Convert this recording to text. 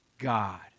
God